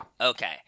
Okay